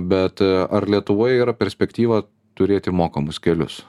bet ar lietuvoj yra perspektyva turėti mokamus kelius